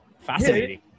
Fascinating